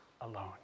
alone